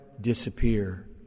disappear